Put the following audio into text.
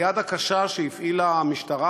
היד הקשה שהפעילה המשטרה,